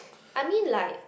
I mean like